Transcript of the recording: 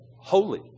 holy